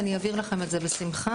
ואני אעביר לכם את זה בשמחה.